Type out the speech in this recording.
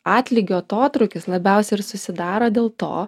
atlygio atotrūkis labiausiai ir susidaro dėl to